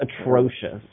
atrocious